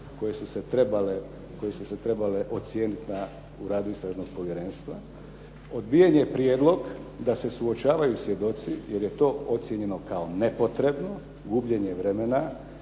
koje su se trebale ocijeniti u radu Istražnog povjerenstva. Odbijen je prijedlog da se suočavaju svjedoci jer je to ocijenjeno kao nepotrebno gubljenje vremena